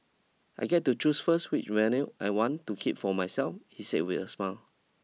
I get to choose first which vinyls I want to keep for myself he says with a smile